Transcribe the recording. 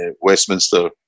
Westminster